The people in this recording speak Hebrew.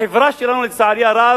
החברה שלנו, לצערי הרב,